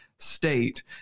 state